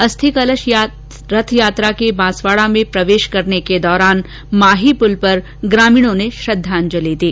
अस्थि कलश रथ यात्रा के बांसवाडा में प्रवेश करने के दौरान माही पुल पर ग्रामीणों ने श्रद्धाजंलि दी